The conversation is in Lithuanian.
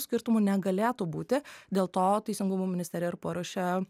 skirtumų negalėtų būti dėl to teisingumo ministerija ir paruošė